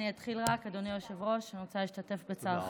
תודה רבה.